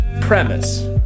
premise